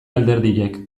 alderdiek